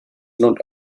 lohnt